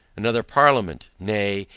another parliament, nay,